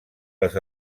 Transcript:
les